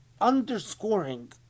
underscoring